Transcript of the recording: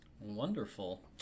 Wonderful